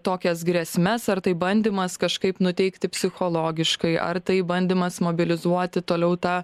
tokias grėsmes ar tai bandymas kažkaip nuteikti psichologiškai ar tai bandymas mobilizuoti toliau tą